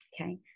okay